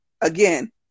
Again